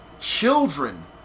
children